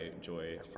Joy